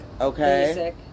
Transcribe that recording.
okay